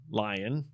lion